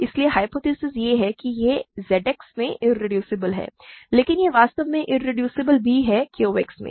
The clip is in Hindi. इसलिए ह्य्पोथेसिस यह है कि यह ZX में इरेड्यूसिबल है लेकिन यह वास्तव में इरेड्यूसेबल भी है QX में